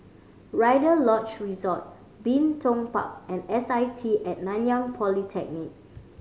Rider Lodge Resort Bin Tong Park and S I T At Nanyang Polytechnic